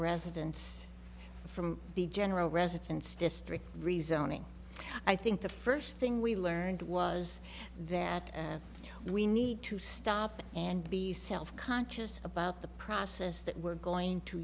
residence from the general residence district rezoning i think the first thing we learned was that we need to stop and be self conscious about the process that we're going to